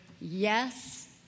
yes